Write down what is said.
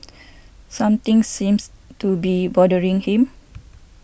something seems to be boltering him